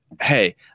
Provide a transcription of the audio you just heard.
hey